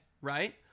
right